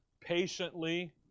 patiently